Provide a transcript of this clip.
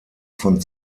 von